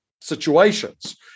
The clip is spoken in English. situations